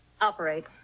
Operate